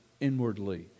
inwardly